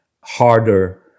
harder